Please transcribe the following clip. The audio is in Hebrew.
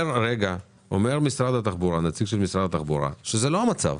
אומר נציג משרד התחבורה שזה לא המצב.